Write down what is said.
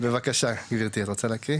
בבקשה גברתי, את רוצה להקריא?